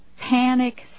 Panic